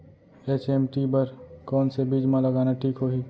HMT बर कौन से बीज मा लगाना ठीक होही?